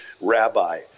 rabbi